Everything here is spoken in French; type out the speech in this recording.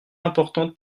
importante